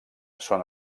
són